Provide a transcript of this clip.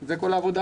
כן, בהחלט.